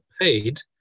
paid